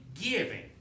giving